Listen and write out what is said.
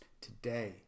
today